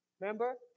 Remember